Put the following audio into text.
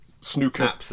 snooker